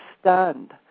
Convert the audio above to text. stunned